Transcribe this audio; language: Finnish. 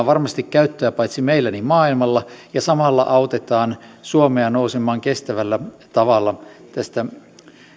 varmasti käyttöä paitsi meillä niin maailmalla ja samalla autetaan suomea nousemaan kestävällä tavalla